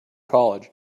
college